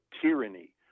tyranny